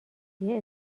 روسیه